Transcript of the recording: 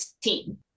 team